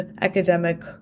academic